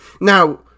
now